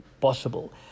possible